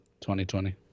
2020